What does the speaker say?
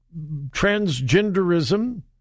transgenderism